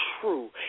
true